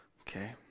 Okay